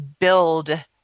build